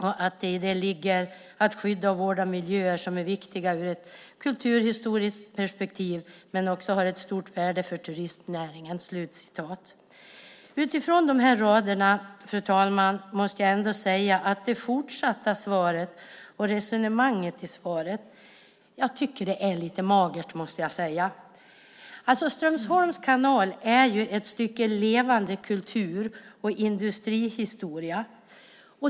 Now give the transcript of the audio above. I det ligger naturligtvis att skydda och vårda miljöer som är viktiga ur ett kulturhistoriskt perspektiv men också har ett stort värde för turistnäringen." Fru talman! Jag måste ändå säga att jag tycker att det fortsatta svaret och resonemanget i svaret är lite magert. Strömsholms kanal är ett stycke levande kultur och industrihistoria.